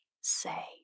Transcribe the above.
say